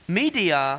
media